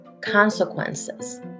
consequences